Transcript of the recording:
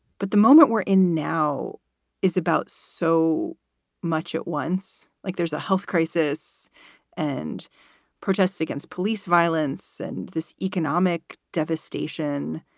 but the moment we're in now is about so much at once, like there's a health crisis and protests against police violence and this economic devastation.